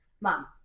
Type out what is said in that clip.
Mom